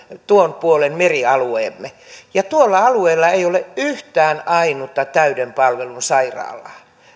tuon puolen merialueelle ja tuolla alueella ei ole yhtään ainutta täyden palvelun sairaalaa